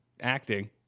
Acting